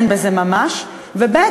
שאין בזה ממש, וב.